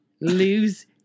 Lose